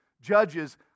Judges